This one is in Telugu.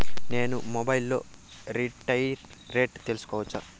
నేను మొబైల్ లో రీటైల్ రేట్లు తెలుసుకోవచ్చా?